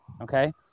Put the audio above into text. Okay